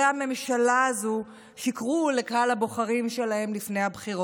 הממשלה הזאת שיקרו לקהל הבוחרים שלהם לפני הבחירות.